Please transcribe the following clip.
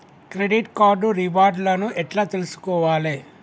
Credit card రివార్డ్ లను ఎట్ల తెలుసుకోవాలే?